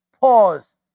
Pause